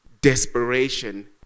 desperation